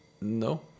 No